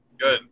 Good